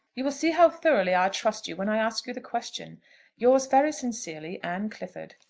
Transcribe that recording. you will see how thoroughly i trust you when i ask you the question yours very sincerely, anne clifford.